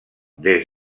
des